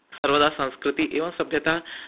सर्वदा संस्कृतिः एवं सभ्यता